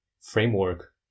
framework